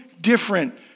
different